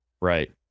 Right